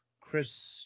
Chris